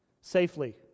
safely